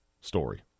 story